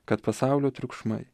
kad pasaulio triukšmai